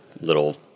little